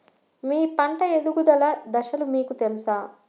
మీ పంట ఎదుగుదల దశలు మీకు తెలుసా?